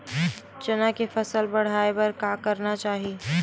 चना के फसल बढ़ाय बर का करना चाही?